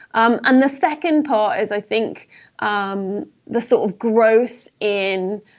um um the second part is i think um the sort of growth in